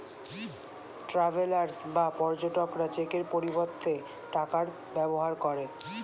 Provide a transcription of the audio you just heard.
travellers বা পর্যটকরা চেকের পরিবর্তে টাকার ব্যবহার করে